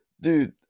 dude